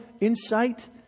insight